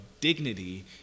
dignity